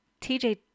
TJ